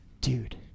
Dude